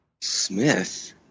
Smith